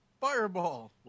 Fireball